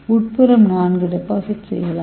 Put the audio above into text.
உட்புறம் 4 டெபாசிட் செய்யலாம்